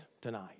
tonight